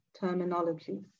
terminology